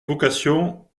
vocation